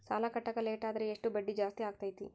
ಸಾಲ ಕಟ್ಟಾಕ ಲೇಟಾದರೆ ಎಷ್ಟು ಬಡ್ಡಿ ಜಾಸ್ತಿ ಆಗ್ತೈತಿ?